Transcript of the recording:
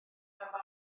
ganddo